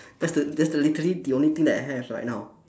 that's the that's the literally the only thing that I have right now